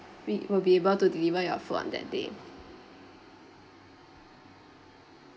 we will be able to deliver your food on that day